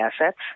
assets